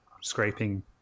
scraping